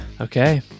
Okay